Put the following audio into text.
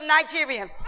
Nigerian